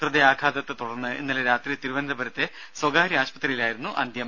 ഹൃദയാഘാതത്തെ തുടർന്ന് ഇന്നലെ രാത്രി തിരുവനന്തപുരത്തെ സ്വകാര്യ ആശുപത്രിയിലായിരുന്നു അന്ത്യം